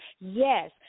yes